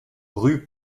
rue